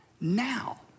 now